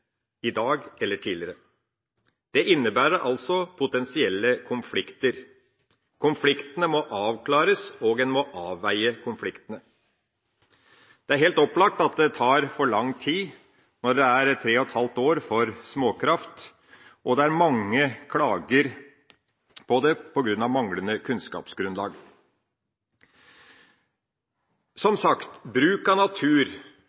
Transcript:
i dag eller har vært brukt til tidligere. Det innebærer altså potensielle konflikter. Konfliktene må avklares, og en må avveie konfliktene. Det er helt opplagt at det tar for lang tid når saksbehandlingstida er tre og et halvt år for småkraft, og det er mange klager på grunn av manglende kunnskapsgrunnlag. Som sagt: Bruk av natur